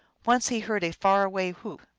once he heard a far-away whoop.